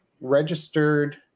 registered